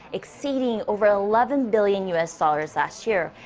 exceeding over eleven billion u s. dollars last year.